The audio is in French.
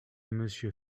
monsieur